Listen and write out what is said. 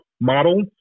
model